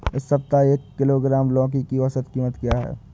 इस सप्ताह में एक किलोग्राम लौकी की औसत कीमत क्या है?